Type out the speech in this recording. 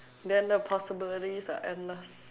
then the possibility and the